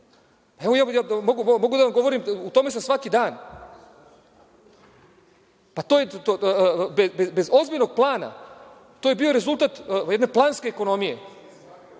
Mogu da vam govorim, u tome sam svaki dan. Bez ozbiljnog plana, to je bio rezultat jedne planske ekonomije,